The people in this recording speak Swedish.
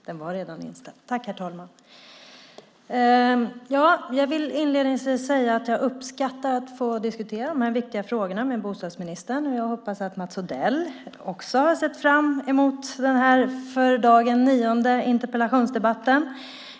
Herr talman! Jag vill inledningsvis säga att jag uppskattar att få diskutera de här viktiga frågorna med bostadsministern. Jag hoppas att Mats Odell också har sett fram emot den här för dagen nionde interpellationsdebatten.